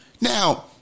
Now